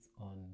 on